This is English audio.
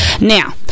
Now